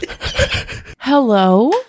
hello